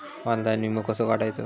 Online विमो कसो काढायचो?